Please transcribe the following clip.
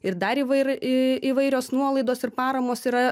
ir dar įvair į įvairios nuolaidos ir paramos yra